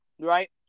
right